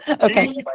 Okay